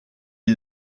ils